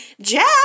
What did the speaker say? Jack